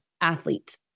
athlete